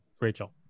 rachel